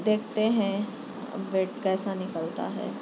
دیکھتے ہیں بیڈ کیسا نکلتا ہے